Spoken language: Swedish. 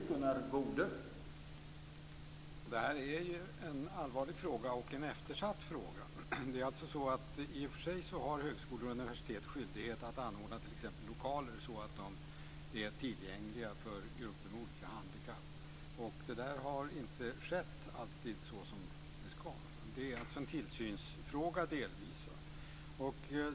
Herr talman! Det här är en allvarlig fråga och en eftersatt fråga. I och för sig har högskolor och universitet skyldighet att anordna t.ex. lokaler så att de är tillgängliga för grupper med olika handikapp. Det där har inte alltid skett så som det ska. Det är alltså delvis en tillsynsfråga.